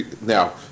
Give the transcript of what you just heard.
Now